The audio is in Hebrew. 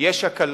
יש הקלות.